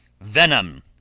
VENOM